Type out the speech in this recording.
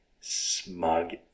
smug